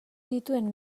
dituen